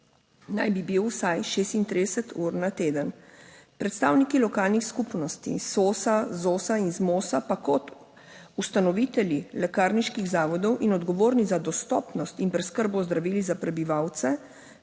naj bi bil vsaj 36 ur na teden. Predstavniki lokalnih skupnosti, SOS ZOS, ZMOS pa kot ustanovitelji lekarniških zavodov in odgovorni za dostopnost in preskrbo z zdravili za prebivalce